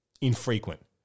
infrequent